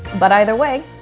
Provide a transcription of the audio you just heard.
but either way,